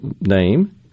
name